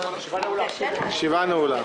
הישיבה נעולה.